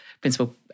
Principal